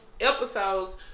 episodes